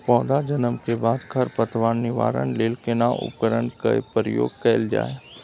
पौधा जन्म के बाद खर पतवार निवारण लेल केना उपकरण कय प्रयोग कैल जाय?